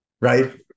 Right